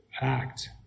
act